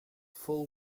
full